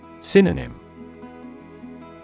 Synonym